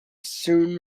soon